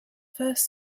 first